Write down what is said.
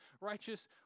righteous